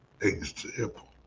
example